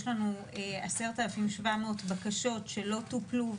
יש לנו 10,700 בקשות שלא טופלו,